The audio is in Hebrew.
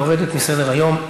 יורדת מסדר-היום,